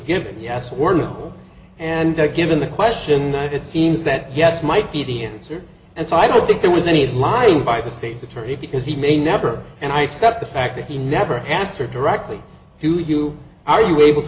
given yes or no and given the question it seems that yes might be the answer and so i don't think there was any lying by the state's attorney because he may never and i accept the fact that he never asked her directly who you are you able to